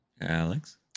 Alex